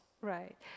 Right